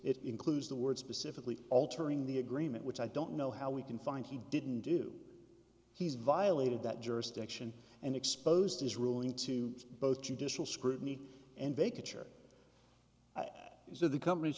it includes the word specifically altering the agreement which i don't know how we can find he didn't do he's violated that jurisdiction and exposed his ruling to both judicial scrutiny and bake a chair is that the company's